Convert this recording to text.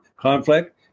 conflict